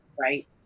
right